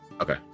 Okay